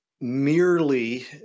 Merely